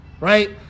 Right